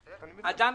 הציבור.